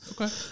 Okay